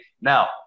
Now